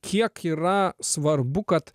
kiek yra svarbu kad